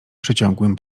przeciągłym